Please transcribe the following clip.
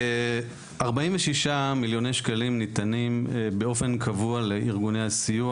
46 מיליוני שקלים ניתנים באופן קבוע לארגוני הסיוע,